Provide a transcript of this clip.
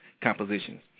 compositions